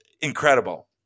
Incredible